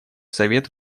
совет